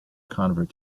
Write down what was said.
convert